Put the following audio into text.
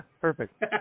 perfect